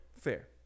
fair